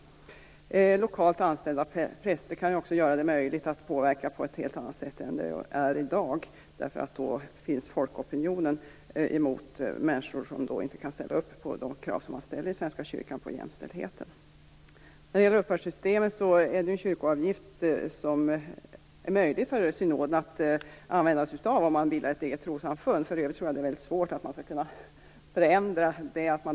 Man kan ju också göra det möjligt för lokalt anställda präster att påverka på ett helt annat sätt än de kan i dag, därför att det då finns folkopinioner mot människor som inte kan ställa upp på de krav som Svenska kyrkan ställer på jämställdheten. När det gäller uppbördsystemet är det ju möjligt för synoden att använda sig av kyrkoavgift om man bildar ett eget trossamfund. I övrigt tror jag att det är väldigt svårt att förändra uppbördssystemet.